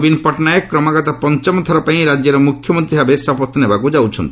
ନବୀନ ପଟ୍ଟନାୟକ କ୍ରମାଗତ ପଞ୍ଚମ ଥରପାଇଁ ରାଜ୍ୟର ମୁଖ୍ୟମନ୍ତ୍ରୀ ଭାବେ ଶପଥ ନେବାକୁ ଯାଉଛନ୍ତି